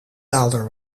daalder